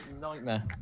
nightmare